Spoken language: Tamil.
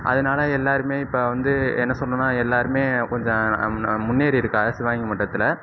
அதனால் எல்லோருமே இப்போது வந்து என்ன சொல்லணும்னா எல்லோருமே கொஞ்சம் முன்னேறி இருக்காங்க சிவகங்கை மாவட்டத்தில்